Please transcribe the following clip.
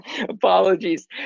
apologies